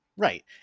Right